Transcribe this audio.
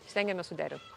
stengiamės suderint